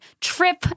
trip